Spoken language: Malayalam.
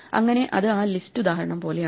അങ്ങനെ അത് ആ ലിസ്റ്റ് ഉദാഹരണം പോലെയാണ്